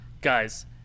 guys